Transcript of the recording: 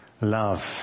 love